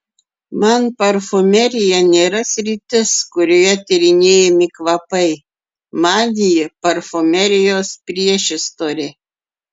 man parfumerija nėra sritis kurioje tyrinėjami kvapai man ji parfumerijos priešistorė